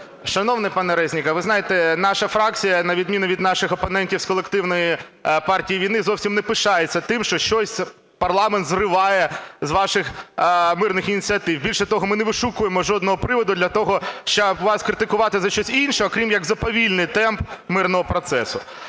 Шановний пане Резніков, ви знаєте, наша фракція на відміну від наших опонентів з колективної "партії війни" зовсім не пишається тим, що щось парламент зриває з ваших мирних ініціатив. Більше того, ми не вишукуємо жодного приводу для того, щоб вас критикувати за щось інше, окрім як за повільний темп мирного процесу.